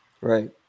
Right